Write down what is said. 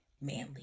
manly